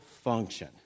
function